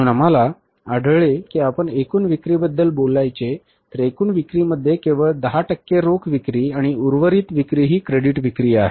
म्हणून आम्हाला आढळले की आपण एकूण विक्रीबद्दल बोलायचे तर एकूण विक्रीमध्ये केवळ 10 टक्के रोख विक्री आणि उर्वरित विक्री ही क्रेडिट विक्री आहे